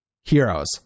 Heroes